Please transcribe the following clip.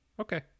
Okay